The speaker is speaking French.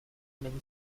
mène